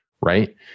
right